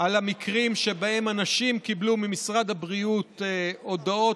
על המקרים שבהם אנשים קיבלו ממשרד הבריאות הודעות